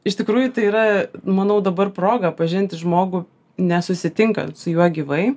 iš tikrųjų tai yra manau dabar proga pažinti žmogų nesusitinkant su juo gyvai